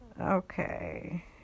okay